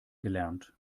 gelernt